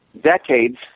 decades